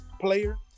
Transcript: player